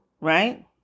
right